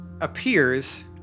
appears